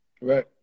right